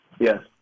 Yes